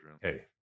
Hey